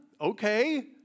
okay